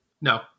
No